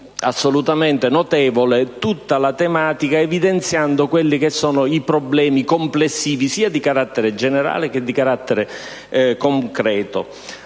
assolutamente notevole tutta la tematica, evidenziando i problemi complessivi, sia di carattere generale sia di carattere concreto.